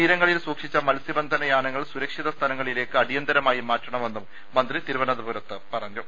തീരങ്ങളിൽ സൂക്ഷിച്ച മത്സ്യബന്ധനയാനങ്ങൾ സുര ക്ഷിത സ്ഥലങ്ങളിലേക്ക് അടിയന്തരമായി മാറ്റണമെന്നും മന്ത്രി തിരുവ നന്തപുരത്ത് പറഞ്ഞു